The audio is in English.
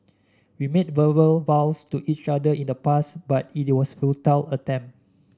we made verbal vows to each other in the past but it was a futile attempt